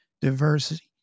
diversity